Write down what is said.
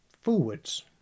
forwards